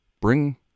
Bring